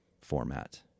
format